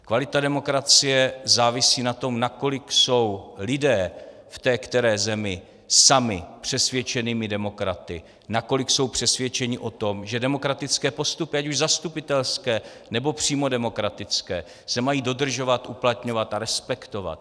Kvalita demokracie závisí na tom, nakolik jsou lidé v té které zemi sami přesvědčenými demokraty, nakolik jsou přesvědčeni o tom, že demokratické postupy, ať už zastupitelské, nebo přímo demokratické, se mají dodržovat, uplatňovat a respektovat.